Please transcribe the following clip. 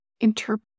interpret